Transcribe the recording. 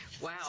Wow